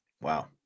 Wow